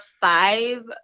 five